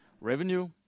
revenue